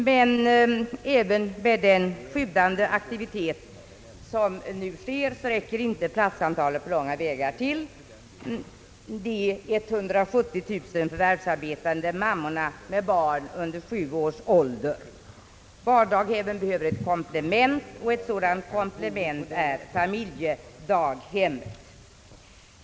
Men även med en sådan sjudande aktivitet räcker inte platsantalet på långa vägar till de 170 000 förvärvsarbetande mammorna med barn under 7 års ålder. »Barndaghemmen behöver ett komplement. Ett sådant komplement är familjedaghemmet.